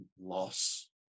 loss